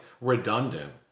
redundant